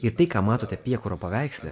ir tai ką matote piekuro paveiksle